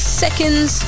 seconds